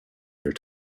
their